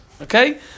okay